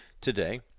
today